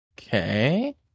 Okay